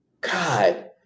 God